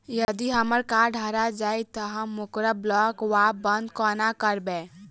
यदि हम्मर कार्ड हरा जाइत तऽ हम ओकरा ब्लॉक वा बंद कोना करेबै?